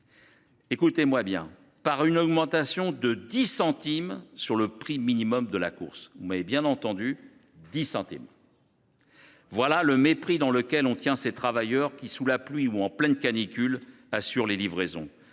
livreurs Uber ? Par une augmentation de 10 centimes sur le prix minimum de la course… Vous m’avez bien entendu, mes chers collègues : 10 centimes ! Voilà le mépris dans lequel on tient ces travailleurs qui, sous la pluie ou en pleine canicule, assurent les livraisons.